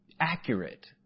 accurate